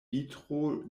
vitro